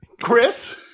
Chris